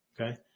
Okay